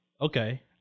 Okay